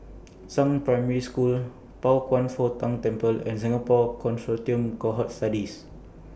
Zhang Primary School Pao Kwan Foh Tang Temple and Singapore Consortium Cohort Studies